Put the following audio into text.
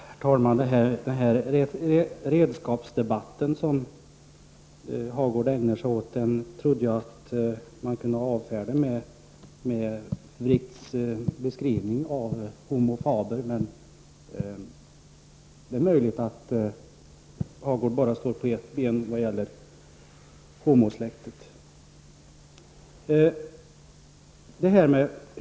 Herr talman! Den redskapsdebatt som Birger Hagård ägnar sig åt trodde jag man kunde avfärda med Wrights beskrivning av homo faber. Men det är möjligt att Birger Hagård står på bara ett ben när det gäller homo-släktet.